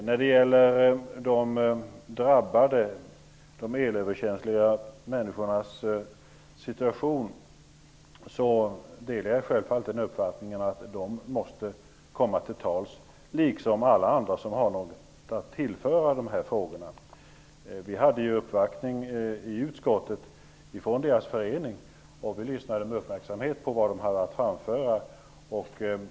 När det gäller de elöverkänsliga människornas situation delar jag självfallet den uppfattningen att de måste få komma till tals, liksom alla andra som har något att tillföra i dessa frågor. Vi hade uppvaktning i utskottet från de elöverkänsligas förening. Vi lyssnade med uppmärksamhet på vad man hade att framföra.